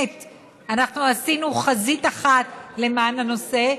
עשינו חזית אחת למען הנושא,